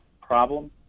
problem